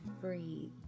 breathe